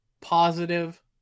positive